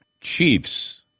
Chiefs